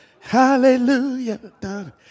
Hallelujah